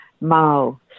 Mao